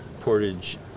portage